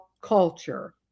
culture